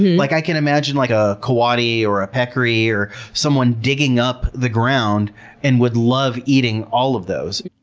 like i can imagine like a coati or a peccary or someone digging up the ground and would love eating all of those.